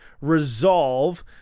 resolve